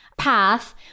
path